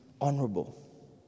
honorable